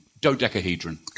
Dodecahedron